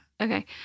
Okay